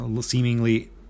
seemingly